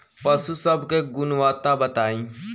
पशु सब के गुणवत्ता बताई?